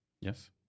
Yes